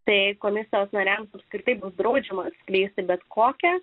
bei komisijos nariams apskritai bus draudžiama atskleisti bet kokią